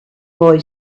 boy